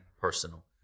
personal